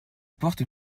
porte